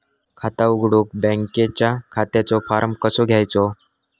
खाता उघडुक बँकेच्या खात्याचो फार्म कसो घ्यायचो?